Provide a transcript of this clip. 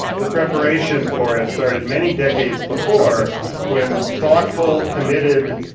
the preparation for it started many decades before when thoughtful, committed,